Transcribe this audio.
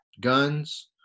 guns